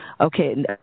Okay